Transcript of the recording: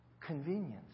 convenience